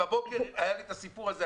בבוקר היה לי את הסיפור הזה,